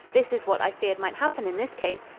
this is what i feared might happen in this case,